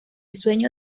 sueño